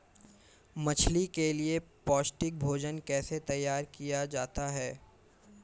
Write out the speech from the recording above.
मछली के लिए पौष्टिक भोजन कैसे तैयार किया जाता है?